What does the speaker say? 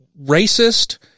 racist